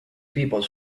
people